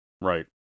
right